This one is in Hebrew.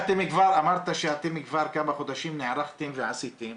אמרתם שאתם כבר כמה חודשים נערכתם ועשיתם.